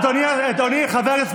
אדוני היושב-ראש,